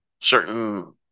certain